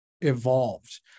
evolved